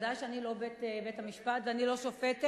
ודאי שאני לא בית-המשפט ואני לא שופטת,